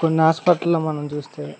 కొన్ని హాస్పిటల్ల్లో మనం చూస్తే